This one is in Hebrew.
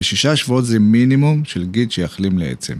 בשישה שבועות זה מינימום של גיד שיחלים לעצם.